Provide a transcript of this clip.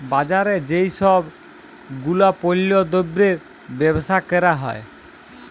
বাজারে যেই সব গুলাপল্য দ্রব্যের বেবসা ক্যরা হ্যয়